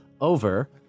over